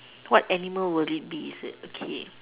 what animal will it be is it okay